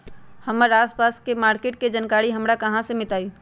हमर आसपास के मार्किट के जानकारी हमरा कहाँ से मिताई?